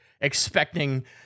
expecting